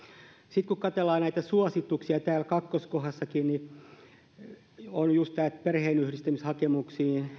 sitten kun katsellaan näitä suosituksia täällä kakkoskohdassakin niin on juuri tämä että perheenyhdistämishakemuksiin